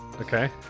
Okay